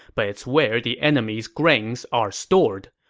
but it's where the enemy's grains are stored.